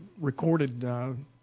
recorded